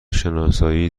شناسایی